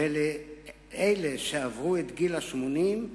ולאלה שעברו את גיל 80,